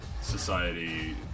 society